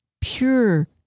pure